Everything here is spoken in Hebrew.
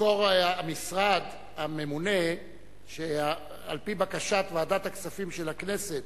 יזכור המשרד הממונה שעל-פי בקשת ועדת הכספים משנת